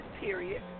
period